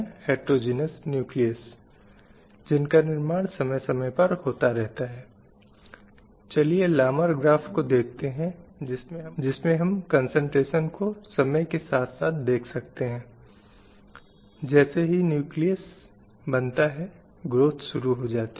यदि हम उन महिलाओं की स्थिति पर ध्यान देते हैं जो शायद बच्चे की प्राथमिकता स्वास्थ्य शिक्षा आर्थिक अवसरों आदि में प्रकट होती हैं